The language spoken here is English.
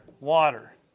Water